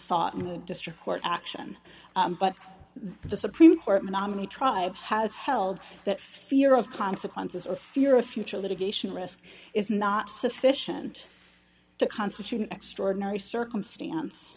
sought in the district court action but the supreme court nominee tribe has held that fear of consequences or fear of future litigation risk is not sufficient to constitute an extraordinary circumstance